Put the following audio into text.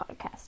podcast